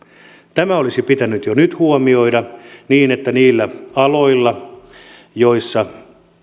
tämä olisi pitänyt jo nyt huomioida niin että niillä aloilla joilla